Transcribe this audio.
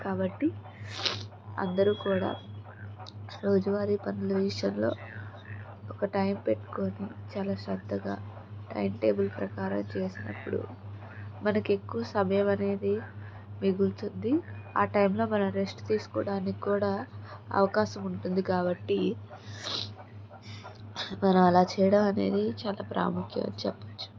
కాబట్టి అందరూ కూడా రోజువారి పనుల విషయంలో ఒక టైం పెట్టుకొని చాలా శ్రద్ధగా టైంటేబుల్ ప్రకారం చేసినప్పుడు మనకు ఎక్కువ సమయం అనేది మిగులుతుంది ఆ టైంలో మనం రెస్ట్ తీసుకోవడానికి కూడా అవకాశం ఉంటుంది కాబట్టి మనం అలా చేయడం అనేది చాలా ప్రాముఖ్యత చెప్పవచ్చు